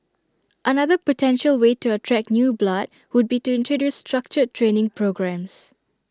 another potential way to attract new blood would be to introduce structured training programmes